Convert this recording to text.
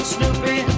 Snoopy